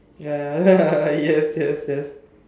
ya ya ya yes yes yes